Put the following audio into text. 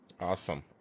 awesome